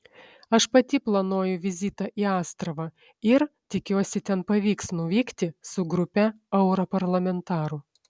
aš pati planuoju vizitą į astravą ir tikiuosi ten pavyks nuvykti su grupe europarlamentarų